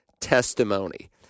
testimony